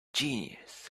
genius